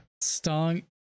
stung